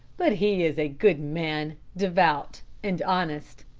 but he is a good man, devout and honest.